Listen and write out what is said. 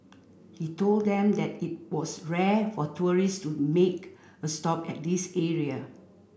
he told them that it was rare for tourist to make a stop at this area